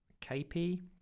KP